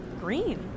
Green